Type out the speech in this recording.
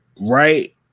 right